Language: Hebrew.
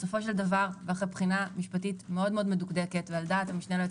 בסופו של דבר תחת בחינה משפטית מאוד מדוקדקת ועל דעת המשנה ליועץ